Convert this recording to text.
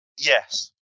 Yes